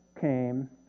came